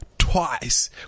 Twice